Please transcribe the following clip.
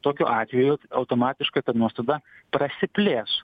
tokiu atveju automatiškai ta nuostada prasiplės